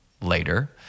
later